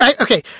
Okay